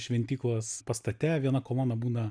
šventyklos pastate viena kolona būna